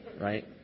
right